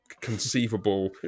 conceivable